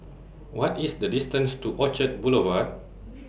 What IS The distance to Orchard Boulevard